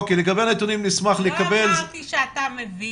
לא אמרתי שאתה מביך,